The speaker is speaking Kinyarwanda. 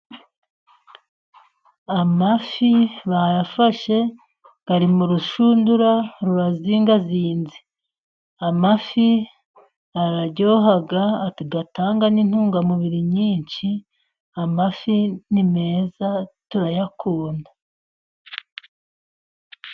Amafi bayafashe ari mu rushundura rurazingazinze; amafi araryoha agatanga n'intungamubiri nyinshi, amafi ni meza turayakunda.